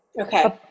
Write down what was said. Okay